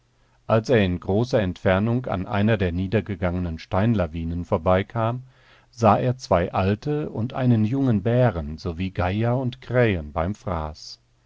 als er in großer entfernung an einer der niedergegangenen steinlawinen vorbeikam sah er zwei alte und einen jungen bären sowie geier und krähen beim fraß